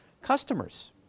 customers